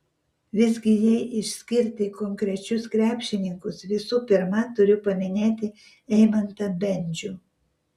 visgi jei išskirti konkrečius krepšininkus visų pirma turiu paminėti eimantą bendžių